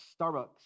Starbucks